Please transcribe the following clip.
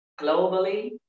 globally